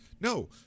no